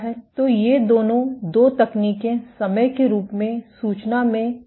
तो ये दोनों दो तकनीकें समय के रूप में सूचना में इसे प्रदान करेंगी